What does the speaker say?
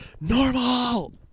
normal